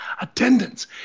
attendance